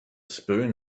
spoon